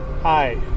Hi